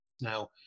now